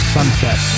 Sunset